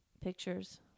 Pictures